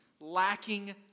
lacking